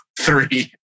three